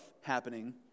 happening